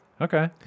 okay